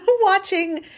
watching